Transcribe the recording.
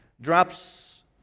drops